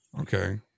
Okay